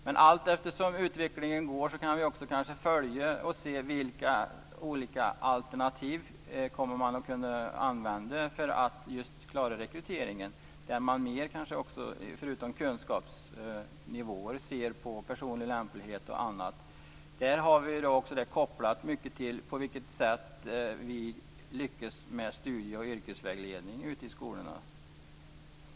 Men allteftersom utveckling går framåt kan vi kanske också se vilka olika alternativ som man kommer att kunna använda för att klara rekryteringen. Förutom kunskapsnivåer kommer man kanske att se på personlig lämplighet och annat. Det är också mycket kopplat till hur vi lyckas med studie och yrkesvägledning ute i skolorna.